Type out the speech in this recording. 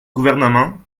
gouvernement